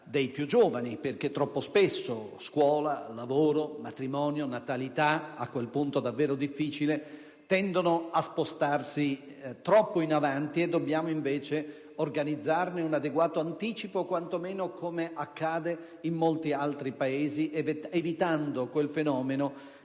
dei più giovani, perché molto spesso scuola, lavoro, matrimonio, natalità (a quel punto davvero difficile) tendono a spostarsi troppo in avanti e dobbiamo invece garantirne un adeguato anticipo, quanto meno come accade in molti altri Paesi, evitando quello